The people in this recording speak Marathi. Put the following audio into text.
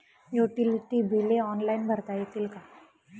युटिलिटी बिले ऑनलाईन भरता येतील का?